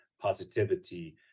positivity